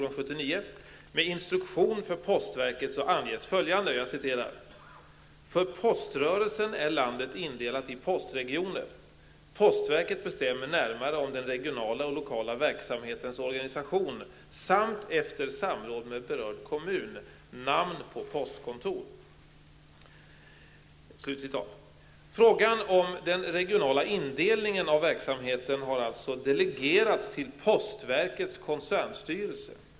Postverket bestämmer närmare om den regionala och lokala verksamhetens organisation samt -- efter samråd med berörd kommun -- namn på postkontor.'' Frågan om den regionala indelningen av verksamheten har alltså delegerats till postverkets koncernstyrelse.